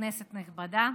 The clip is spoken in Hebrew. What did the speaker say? כנסת נכבדה,